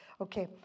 Okay